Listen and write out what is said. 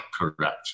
correct